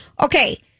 Okay